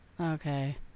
Okay